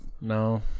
no